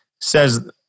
says